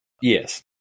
Yes